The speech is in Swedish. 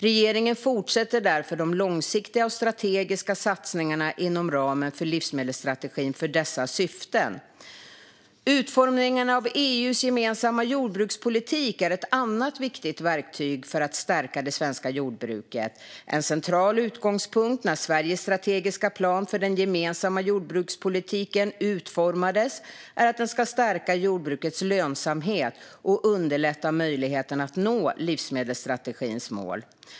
Regeringen fortsätter därför de långsiktiga och strategiska satsningarna inom ramen för livsmedelsstrategin för dessa syften. Utformningen av EU:s gemensamma jordbrukspolitik är ett annat viktigt verktyg för att stärka det svenska jordbruket. En central utgångspunkt när Sveriges strategiska plan för den gemensamma jordbrukspolitiken utformades var att den skulle stärka jordbrukets lönsamhet och underlätta möjligheten att nå livsmedelsstrategins mål.